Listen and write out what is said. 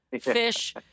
fish